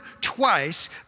twice